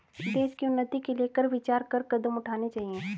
देश की उन्नति के लिए कर विचार कर कदम उठाने चाहिए